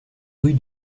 rue